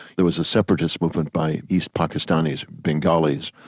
there was a separatist movement by east pakistanis, bengalis,